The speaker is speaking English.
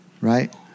right